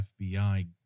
FBI